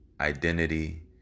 identity